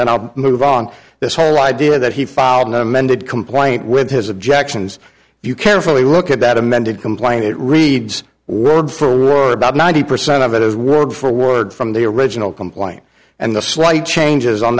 then i'll move on this whole idea that he filed an amended complaint with his objections if you carefully look at that amended complaint it reads word for word about ninety percent of it is word for word from the original complaint and the slight changes on